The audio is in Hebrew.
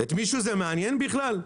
את מישהו זה מעניין בכלל?